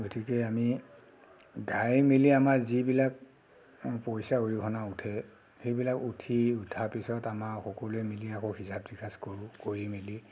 গতিকে আমি গাই মেলি আমাৰ যিবিলাক পইচা অৰিহণা উঠে সেইবিলাক উঠি উঠাৰ পিছত আমাৰ সকলোৱে মিলি আকৌ হিচাপ নিকাচ কৰোঁ কৰি মেলি